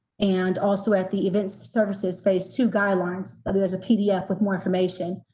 and also at the event services phase two guidelines but there's a pdf with more information.